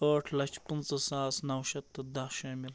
ٲٹھ لَچھ پٕنٛژٕہ ساس نَو شیٚتھ تہٕ دَہ شٲمِل